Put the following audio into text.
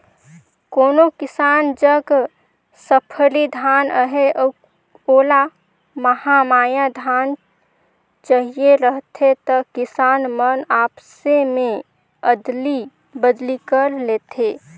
कोनो किसान जग सफरी धान अहे अउ ओला महमाया धान चहिए रहथे त किसान मन आपसे में अदली बदली कर लेथे